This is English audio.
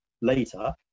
later